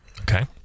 okay